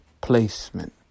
placement